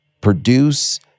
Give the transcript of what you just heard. produce